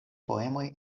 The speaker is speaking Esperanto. poemoj